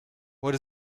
what